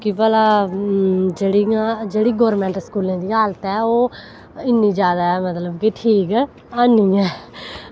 की भला जेह्ड़ी गौरमेंट स्कूल दी हालत ऐ ओह् इन्नी जादै मतलब की ठीक ऐ हैनी ऐ